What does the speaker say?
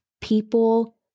people